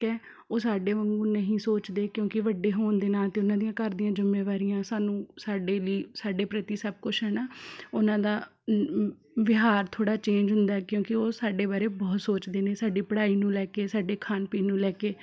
ਠੀਕ ਹੈ ਉਹ ਸਾਡੇ ਵਾਂਗੂ ਨਹੀਂ ਸੋਚਦੇ ਕਿਉਂਕਿ ਵੱਡੇ ਹੋਣ ਦੇ ਨਾਲ ਅਤੇ ਉਹਨਾਂ ਦੀਆਂ ਘਰ ਦੀਆਂ ਜਿੰਮੇਵਾਰੀਆਂ ਸਾਨੂੰ ਸਾਡੇ ਲਈ ਸਾਡੇ ਪ੍ਰਤੀ ਸਭ ਕੁਝ ਹੈ ਨਾ ਉਹਨਾਂ ਦਾ ਵਿਵਹਾਰ ਥੋੜ੍ਹਾ ਚੇਂਜ ਹੁੰਦਾ ਕਿਉਂਕਿ ਉਹ ਸਾਡੇ ਬਾਰੇ ਬਹੁਤ ਸੋਚਦੇ ਨੇ ਸਾਡੀ ਪੜ੍ਹਾਈ ਨੂੰ ਲੈ ਕੇ ਸਾਡੇ ਖਾਣ ਪੀਣ ਨੂੰ ਲੈ ਕੇ